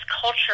culture